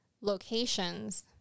locations